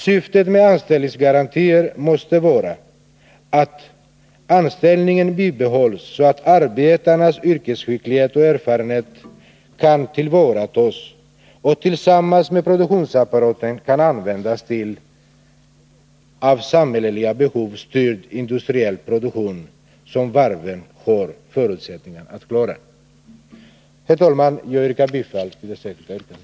Syftet med anställningsgarantier måste vara att anställningen bibehålls så att arbetarnas yrkesskicklighet och erfarenhet kan tillvaratas och tillsammans med produktionsapparaten kan användas till av samhälleliga behov styrd industriell produktion som varven har förutsättningar att klara. Herr talman! Jag hemställer om bifall till det särskilda yrkandet.